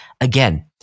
again